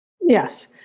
Yes